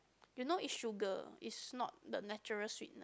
you know is sugar is not the natural sweetener